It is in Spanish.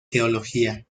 teología